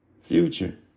Future